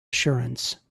assurance